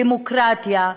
דמוקרטיה,